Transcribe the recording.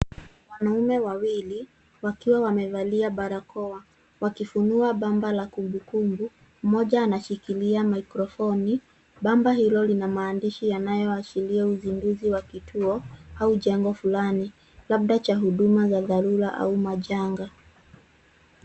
Wanaume wawili wakiwa wamevalia barakoa wakifunua bamba la kumbukumbu, mmoja anashikilia maikrofoni. Bamba hilo lina maandishi yanayoashiria uzinduzi wa kituo au jengo fulani, labda cha huduma za dharura au majanga.